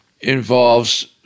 involves